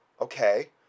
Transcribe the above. okay